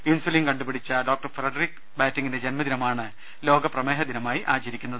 insulin കണ്ടുപിടിച്ച doctor Frederick ബാറ്റിങിന്റെ ജന്മ ദിനമാണ് ലോക പ്രമേഹ ദിനമായി ആചരിക്കുന്നത്